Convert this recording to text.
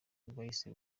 bwahise